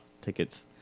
tickets